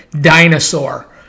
dinosaur